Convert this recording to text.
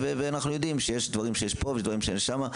ואנחנו יודעים שיש דברים שיש פה ויש דברים שאין שם,